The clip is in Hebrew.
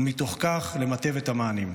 ומתוך כך למטב את המענים.